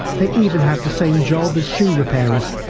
they even had the same job as shoe repairers.